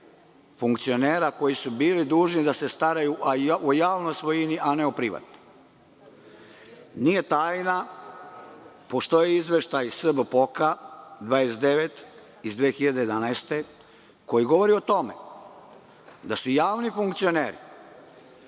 funkcionera koji su bili dužni da se staraju o javnoj svojini, a ne o privatnoj. Nije tajna, postoji izveštaj SBPOK 29 iz 2011. godine, koji govori o tome da su javni funkcioneri,